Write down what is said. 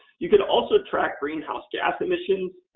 you can also track greenhouse gas emissions,